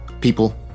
People